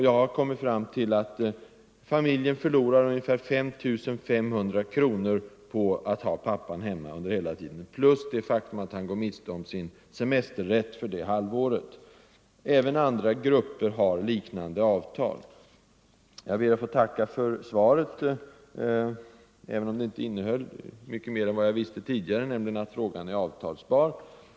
Jag har kommit fram till att familjen förlorar totalt ungefär 5 500 kronor på att ha pappan hemma under denna tid. Dessutom tillkommer det faktum att han går miste om sin semesterrätt för detta halvår. Även andra grupper har liknande avtal. Jag ber att få tacka för svaret på min enkla fråga, även om det inte innehåller mycket mer än jag visste tidigare, nämligen att frågan är avtalsbar.